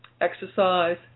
exercise